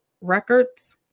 Records